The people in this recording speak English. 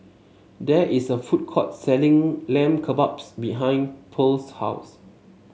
there is a food court selling Lamb Kebabs behind Pearle's house